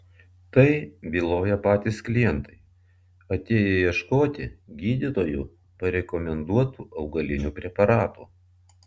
tai byloja patys klientai atėję ieškoti gydytojų parekomenduotų augalinių preparatų